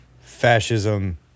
fascism